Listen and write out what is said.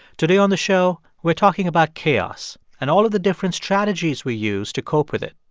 today on the show, we're talking about chaos and all of the different strategies we use to cope with it